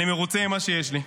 אני מרוצה ממה שיש לי.